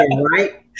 right